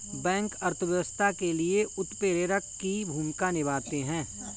bank अर्थव्यवस्था के लिए उत्प्रेरक की भूमिका निभाते है